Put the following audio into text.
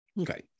Okay